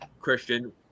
Christian